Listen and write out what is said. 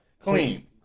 clean